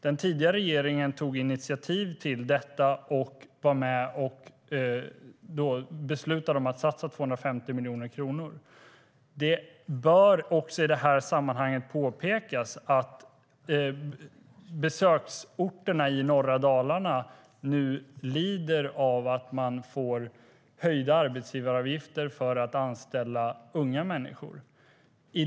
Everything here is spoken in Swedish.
Den tidigare regeringen tog initiativ till detta och var med och beslutade om att satsa 250 miljoner kronor. Det bör också påpekas att besöksmålen i norra Dalarna nu lider av att man får höjda arbetsgivaravgifter för att anställa unga människor.